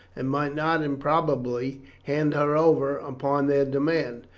and might not improbably hand her over upon their demand.